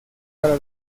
para